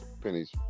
pennies